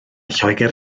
lloegr